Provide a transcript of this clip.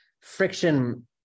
friction